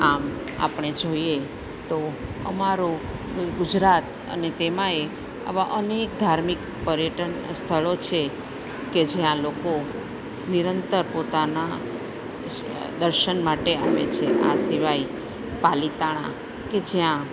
આમ આપણે જોઈએ તો અમારો ગુજરાત અને તેમાંય આવા અનેક ધાર્મિક પર્યટન સ્થળો છે કે જ્યાં લોકો નિરંતર પોતાનાં દર્શન માટે આવે છે આ સિવાય પાલીતાણા કે જ્યાં